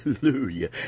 Hallelujah